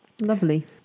Lovely